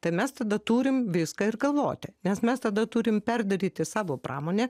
tai mes tada turim viską ir galvoti nes mes tada turim perdaryti savo pramonę